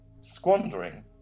squandering